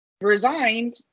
resigned